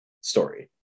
story